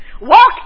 Walk